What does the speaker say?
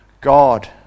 God